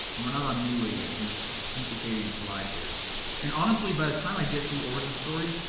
and we're not on new way yet i'm just duplicating the slides here and honestly by the time i get through origin story